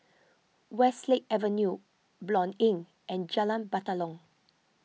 Westlake Avenue Blanc Inn and Jalan Batalong